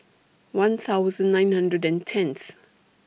one thousand nine hundred and tenth